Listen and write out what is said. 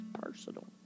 personal